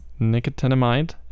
nicotinamide